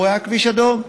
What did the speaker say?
הוא היה כביש אדום.